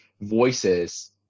voices